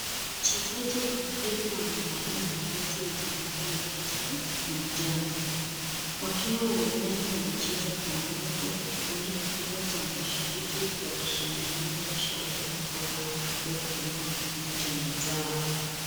Wachezaji wa mpira wamevalia mavazi yenye rangi ya kijani na njano, wakiwa uwanjani wanacheza kwa nguvu huku kikundi kikubwa cha mashabiki wakishangilia kwa shauku kubwa kwa furaha kuunga mkono timu zao.